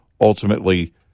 ultimately